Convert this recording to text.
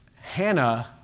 Hannah